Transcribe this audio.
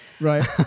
Right